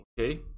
Okay